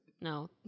No